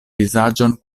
vizaĝon